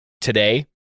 today